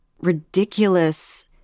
ridiculous